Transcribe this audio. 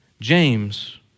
James